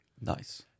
Nice